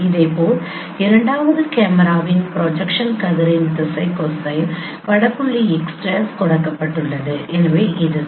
இதேபோல் இரண்டாவது கேமராவின் ப்ரொஜெக்ஷன் கதிரின் திசை கொசைன் பட புள்ளி x' கொடுக்கப்பட்டுள்ளது எனவே இதுதான்